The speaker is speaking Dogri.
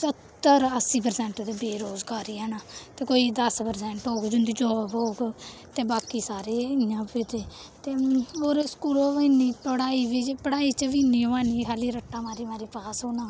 सत्तर अस्सी प्रसैंट ते बेरोजगारी ऐ ना ते कोई दस प्रसैंट होग जिं'दी जाब होग ते बाकी सारे इ'यां फिरदे ते होर स्कूल इ'न्नी पढ़ाई पढ़ाई च बी इ'न्नी ओह् है निं खाल्ली रट्टा मारी मारी पास होना